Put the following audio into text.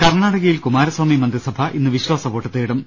കർണാടകയിൽ കുമാരസ്വാമി മന്ത്രിസഭ ഇന്ന് വിശ്വാസവോട്ട് തേടും